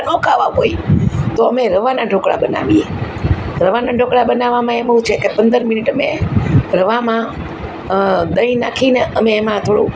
ન ખાવા હોય તો અમે રવાના ઢોકળા બનાવીએ રવાના ઢોકળા બનાવવામાં એવું છે કે પંદર મિનિટ અમે રવામાં દહીં નાખીને અમે એમાં થોડું